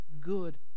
good